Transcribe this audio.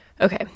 okay